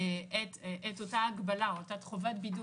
את אותה הגבלה או את אותה חובת בידוד